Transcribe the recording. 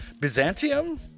Byzantium